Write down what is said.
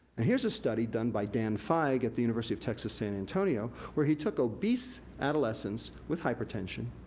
and here's a study done by dan fige, at the university of texas san antonio, where he took obese adolescents with hypertension,